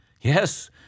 Yes